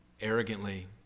arrogantly